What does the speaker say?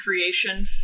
creation